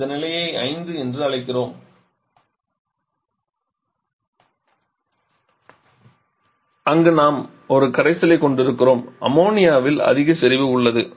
எனவே இந்த நிலையை 5 என்று அழைக்கிறோம் அங்கு நாம் ஒரு கரைசலைக் கொண்டிருக்கிறோம் அம்மோனியாவில் அதிக செறிவு உள்ளது